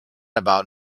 about